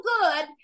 good